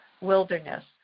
wilderness